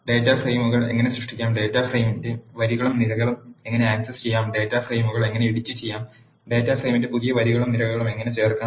data ഫ്രെയിമുകൾ എങ്ങനെ സൃഷ്ടിക്കാം ഡാറ്റാ ഫ്രെയിമിന്റെ വരികളും നിരകളും എങ്ങനെ ആക്സസ് ചെയ്യാം ഡാറ്റ ഫ്രെയിമുകൾ എങ്ങനെ എഡിറ്റുചെയ്യാം ഡാറ്റാ ഫ്രെയിമിന്റെ പുതിയ വരികളും നിരകളും എങ്ങനെ ചേർക്കാം